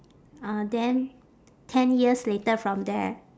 uh then ten years later from there